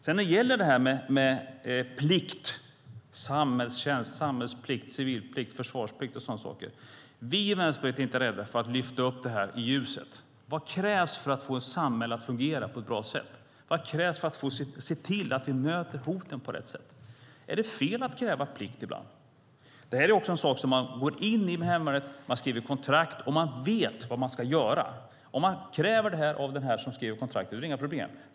När det gäller det här med plikt, samhällstjänst, samhällsplikt, civilplikt, försvarsplikt och sådana saker är vi i Vänsterpartiet inte rädda för att lyfta upp det i ljuset. Vad krävs för att få ett samhälle att fungera på ett bra sätt? Vad krävs för att se till att vi möter hoten på rätt sätt? Är det fel att kräva plikt ibland? Man går in i hemvärnet. Man skriver kontrakt, och man vet vad man ska göra. Om man kräver det här av den som skriver kontraktet är det inga problem.